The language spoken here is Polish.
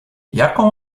jaką